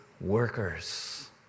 workers